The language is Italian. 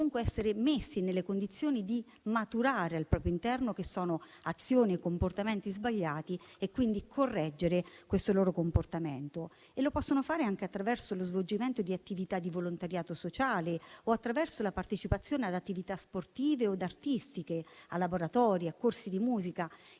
essere messi nelle condizioni di maturare al proprio interno che sono azioni e comportamenti sbagliati e quindi correggere questo loro comportamento. Lo possono fare anche attraverso lo svolgimento di attività di volontariato sociale o attraverso la partecipazione ad attività sportive o artistiche, a laboratori, a corsi di musica, insomma